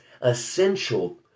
essential